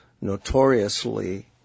notoriously